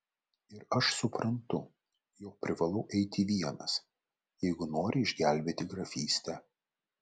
ir aš suprantu jog privalau eiti vienas jeigu noriu išgelbėti grafystę